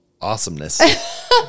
Awesomeness